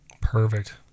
perfect